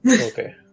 Okay